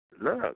Look